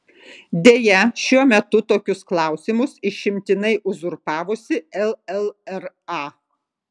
deja šiuo metu tokius klausimus išimtinai uzurpavusi llra